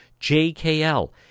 JKL